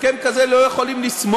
ואנחנו על הסכם כזה לא יכולים לסמוך.